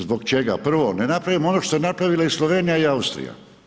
Zbog čega prvo ne napravimo ono što je napravila i Slovenija i Austrija?